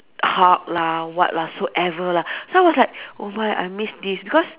hub lah what lah so ever lah so I was like oh my I missed this because